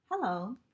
Hello